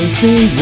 see